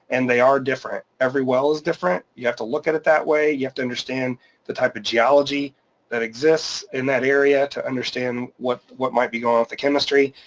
and they are different. every well is different, you have to look at it that way, you have to understand the type of geology that exists in that area to understand what what might be going on with the chemistry.